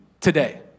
today